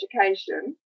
education